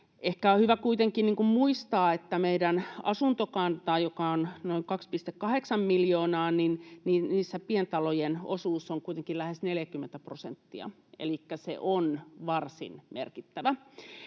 Ehkä on hyvä kuitenkin muistaa, että meidän asuntokannassa, joka on noin 2,8 miljoonaa, pientalojen osuus on kuitenkin lähes 40 prosenttia, elikkä se on varsin merkittävä.